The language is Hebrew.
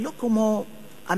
לא כמו אמריקה,